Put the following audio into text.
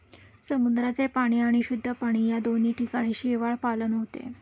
समुद्राचे पाणी आणि शुद्ध पाणी या दोन्ही ठिकाणी शेवाळपालन होते